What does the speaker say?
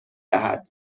دهد